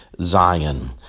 Zion